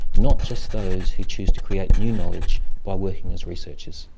not just those who choose to create new knowledge by working as researchers.